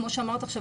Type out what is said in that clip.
כמו שאמרת עכשיו,